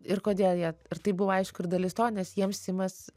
ir kodėl jie ir tai buvo aišku ir dalis to nes jiems simas